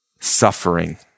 suffering